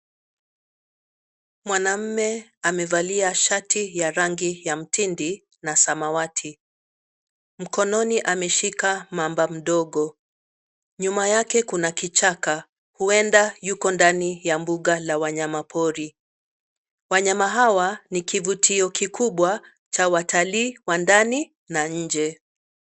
Mwanamme amevalia shati ya rangi ya mtindi na samawati. Mkononi ameshika mamba mdogo. Nyuma yake kuna kichaka huenda yuko ndani ya mbuga la wanyama pori. Wanyama hawa ni kivutio kikubwa cha watalii wa ndani na nje.